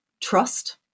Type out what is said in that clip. trust